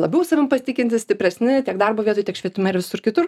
labiau savim pasitikintys stipresni tiek darbo vietoj tiek švietime ir visur kitur